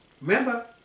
Remember